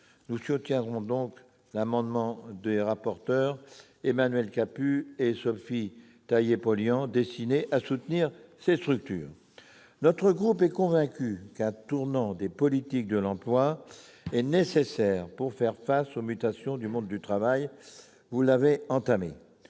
Nous soutiendrons donc l'amendement des rapporteurs spéciaux Emmanuel Capus et Sophie Taillé-Polian destiné à appuyer ces structures. Merci ! Notre groupe est convaincu qu'un tournant des politiques de l'emploi est nécessaire pour faire face aux mutations du monde du travail ; vous l'avez entamé,